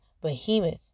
behemoth